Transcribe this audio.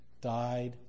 died